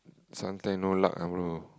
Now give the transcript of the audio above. sometime no luck ah bro